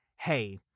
hey